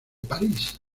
parís